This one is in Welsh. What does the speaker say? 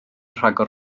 rhagor